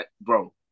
bro